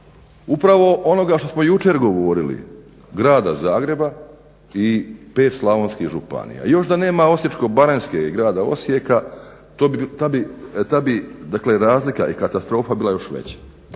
upravo onoga što smo jučer govorili Grada Zagreba i 5 slavonskih županija. Još da nema Osječko-baranjske i grada Osijeka ta bi razlika i katastrofa bila još veća.